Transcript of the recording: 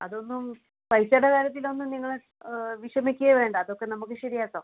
അതൊന്നും പൈസയുടെ കാര്യത്തിലൊന്നും നിങ്ങൾ വിഷമിക്കുകയേ വേണ്ട അതൊക്കെ നമുക്ക് ശരിയാക്കാം